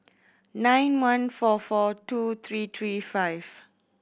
nine one four four two three three five